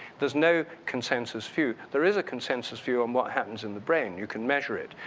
there's no consensus few. there is a consensus few on what happens in the brain, you can measure it.